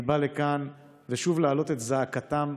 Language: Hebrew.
אני בא לכאן שוב להעלות את זעקתם,